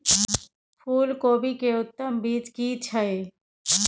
फूलकोबी के उत्तम बीज की छै?